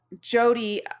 Jody